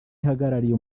ihagarariye